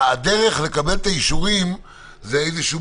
הדרך לקבל את האישורים היא באמצעות